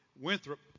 Winthrop